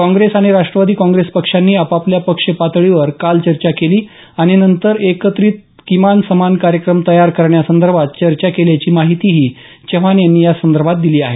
काँग्रेस आणि राष्ट्रवादी काँग्रेस पक्षांनी आपापल्या पक्ष पातळीवर काल चर्चा केली आणि नंतर एकत्ररित्या किमान समान कार्यक्रम तयार करण्यासंदर्भात चर्चा केल्याची माहितीही चव्हाण यांनी या संदर्भात दिली आहे